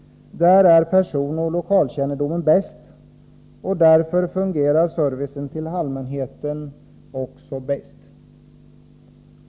Där är personoch lokalkännedomen störst, och där fungerar också servicen till allmänheten bäst.